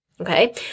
Okay